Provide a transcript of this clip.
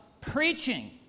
preaching